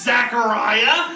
Zachariah